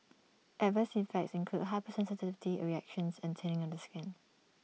adverse effects include hypersensitivity reactions and thinning of the skin